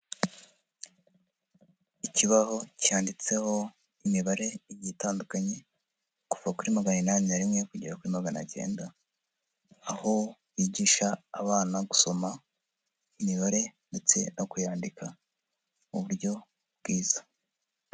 Ikibaho cyanditseho imibare igiye itandukanye, kuva kuri magana inani na rimwe kugera kuri magana acyenda, aho bigisha abana gusoma imibare ndetse no kuyandika mu buryo bwiza.